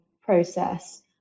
process